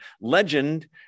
Legend